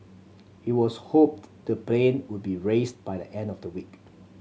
it was hoped the plane would be raised by the end of the week